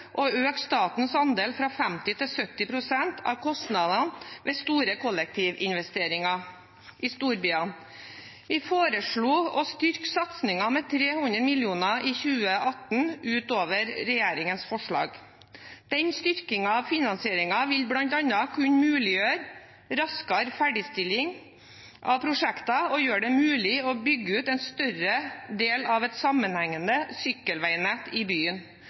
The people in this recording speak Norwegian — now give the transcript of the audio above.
å øke statens andel fra 50 til 70 pst. av kostnadene ved store kollektivinvesteringer i storbyene. Vi foreslo å styrke satsingen med 300 mill. kr i 2018 ut over regjeringens forslag. Denne styrkingen av finansieringen vil bl.a. kunne muliggjøre raskere ferdigstilling av prosjekter og gjøre det mulig å bygge ut en større del av et sammenhengende sykkelveinett i byen